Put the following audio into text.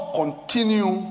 continue